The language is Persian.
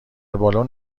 بالن